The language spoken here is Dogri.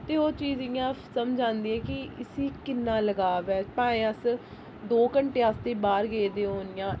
ते ओह् चीज इयां समझ आंदी ऐ कि इसी किन्ना लगाव ऐ भाएं अस दो घैंटे आस्तै बाह्र गेदे होन जां